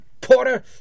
Porter